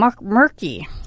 murky